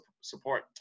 support